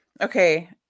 Okay